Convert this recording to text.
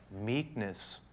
meekness